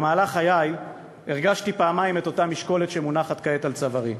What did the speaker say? במהלך חיי הרגשתי פעמיים את אותה משקולת שמונחת כעת על צווארי,